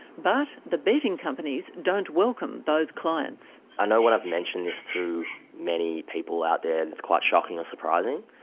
but the betting companies don't welcome those clients. i know when i've mentioned this to many people out there it's quite shocking or surprising,